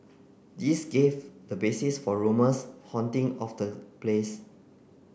this gave the basis for rumours haunting of the place